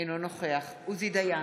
אינו נוכח עוזי דיין,